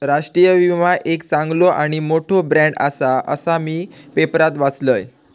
राष्ट्रीय विमा एक चांगलो आणि मोठो ब्रँड आसा, असा मी पेपरात वाचलंय